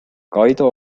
kaido